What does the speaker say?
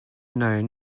known